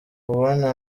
ubundi